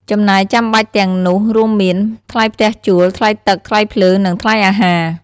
ចំណាយចាំបាច់ទាំងនោះរួមមាន ថ្លៃផ្ទះជួល ថ្លៃទឹក ថ្លៃភ្លើង និងថ្លៃអាហារ។